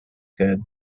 good